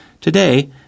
Today